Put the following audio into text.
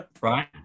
Right